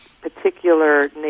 particular